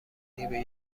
نینی